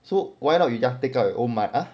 so why not you just take I own my ah